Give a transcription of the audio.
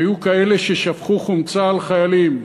שהיו כאלה ששפכו חומצה על חיילים,